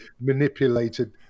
manipulated